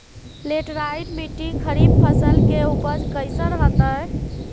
Laterite मिट्टी खरीफ फसल के उपज कईसन हतय?